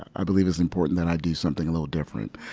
i believe it's important that i do something a little different.